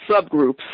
subgroups